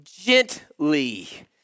gently